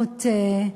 הסתננות